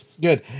good